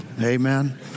Amen